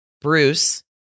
Bruce